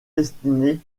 destiné